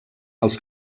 als